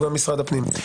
גם משרד הפנים.